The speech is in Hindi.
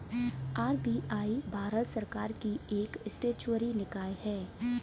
आर.बी.आई भारत सरकार की एक स्टेचुअरी निकाय है